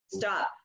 stop